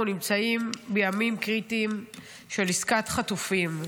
נמצאים בימים קריטיים של עסקת חטופים.